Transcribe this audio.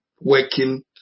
working